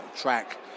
track